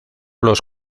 los